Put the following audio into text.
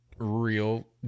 real